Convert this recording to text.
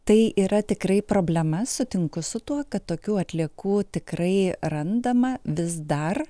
tai yra tikrai problema sutinku su tuo kad tokių atliekų tikrai randama vis dar